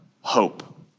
hope